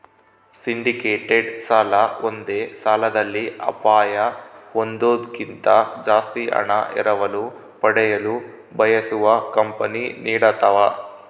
syndicated ಸಾಲ ಒಂದೇ ಸಾಲದಲ್ಲಿ ಅಪಾಯ ಹೊಂದೋದ್ಕಿಂತ ಜಾಸ್ತಿ ಹಣ ಎರವಲು ಪಡೆಯಲು ಬಯಸುವ ಕಂಪನಿ ನೀಡತವ